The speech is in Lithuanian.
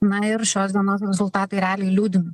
na ir šios dienos rezultatai realiai liūdina